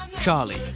Charlie